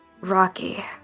rocky